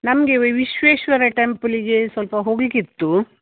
ನಮಗೆ ವಿಶ್ವೇಶ್ವರ ಟೆಂಪಲಿಗೆ ಸ್ವಲ್ಪ ಹೋಗಲಿಕಿತ್ತು